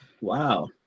Wow